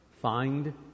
Find